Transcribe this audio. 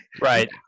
Right